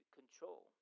control